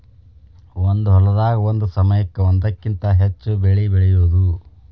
ಒಂದ ಹೊಲದಾಗ ಒಂದ ಸಮಯಕ್ಕ ಒಂದಕ್ಕಿಂತ ಹೆಚ್ಚ ಬೆಳಿ ಬೆಳಿಯುದು